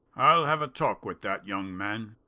i'll have a talk with that young man.